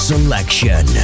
Selection